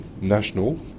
national